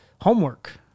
homework